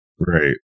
Right